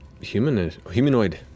Humanoid